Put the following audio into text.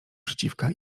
przeciwka